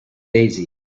daisies